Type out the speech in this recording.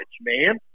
man